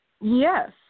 Yes